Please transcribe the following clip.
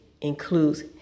includes